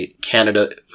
Canada